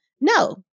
No